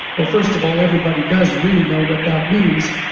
well first of all, everybody does really know what that means,